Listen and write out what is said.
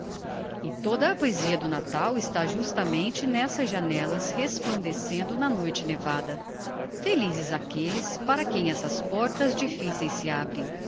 e toda a poesia do natal está justamente n'essas janellas resplandecendo na noite nevada felizes aquelles para quem essas portas difficeis se abrem